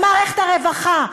למערכת הרווחה.